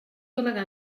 delegar